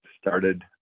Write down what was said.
started